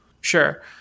sure